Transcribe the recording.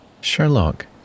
Sherlock